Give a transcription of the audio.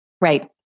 Right